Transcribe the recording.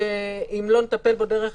שאם לא נטפל בו בדרך